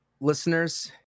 listeners